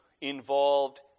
involved